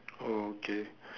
okay